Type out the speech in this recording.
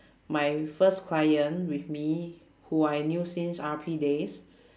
my first client with me who I knew since R_P days